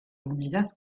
unidad